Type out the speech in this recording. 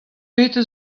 petra